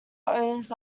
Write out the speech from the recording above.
owners